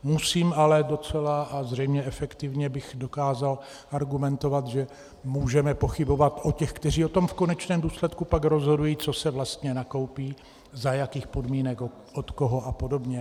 Musím ale docela a zřejmě efektivně bych dokázal argumentovat, že můžeme pochybovat o těch, kteří o tom v konečném důsledku pak rozhodují, co se vlastně nakoupí, za jakých podmínek, od koho apod.